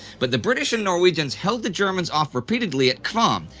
but the british and norwegians held the germans off repeatedly at kvam,